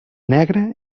negra